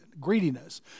greediness